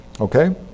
Okay